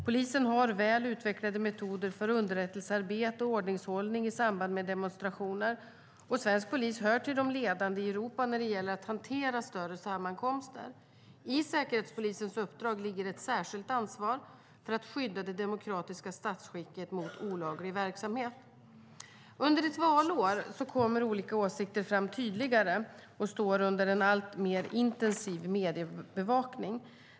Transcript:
Polisen har väl utvecklade metoder för underrättelsearbete och ordningshållning i samband med demonstrationer, och svensk polis hör till de ledande i Europa när det gäller att hantera större sammankomster. I Säkerhetspolisens uppdrag ligger ett särskilt ansvar för att skydda det demokratiska statsskicket mot olaglig verksamhet. Under ett valår kommer olika åsikter fram tydligare och står under en alltmer intensiv mediebevakning.